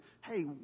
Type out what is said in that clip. hey